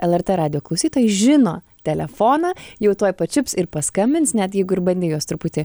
lrt radijo klausytojai žino telefoną jau tuoj pačiups ir paskambins net jeigu ir bandei juos truputį